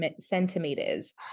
centimeters